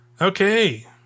okay